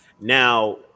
Now